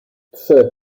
trzy